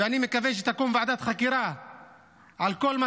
ואני מקווה שתקום ועדת חקירה על כל מה